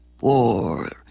war